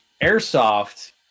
airsoft